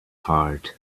hard